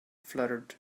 fluttered